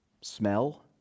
smell